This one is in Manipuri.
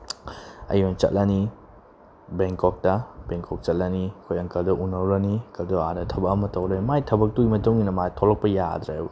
ꯑꯩ ꯑꯣꯏꯅ ꯆꯠꯂꯅꯤ ꯕꯦꯡꯀꯣꯛꯇ ꯕꯦꯡꯀꯣꯛ ꯆꯠꯂꯅꯤ ꯑꯩꯈꯣꯏ ꯑꯪꯀꯜꯗꯣ ꯎꯅꯔꯨꯔꯅꯤ ꯑꯪꯀꯜꯗꯣ ꯑꯥꯗ ꯊꯕꯛ ꯑꯃ ꯇꯧꯔꯦ ꯃꯥꯏ ꯊꯕꯛꯇꯨꯒꯤ ꯃꯇꯨꯡ ꯏꯟꯅ ꯃꯥ ꯊꯣꯛꯂꯛꯄ ꯌꯥꯗ꯭ꯔꯦꯕ